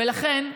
ולכן,